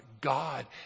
God